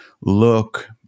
look